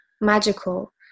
magical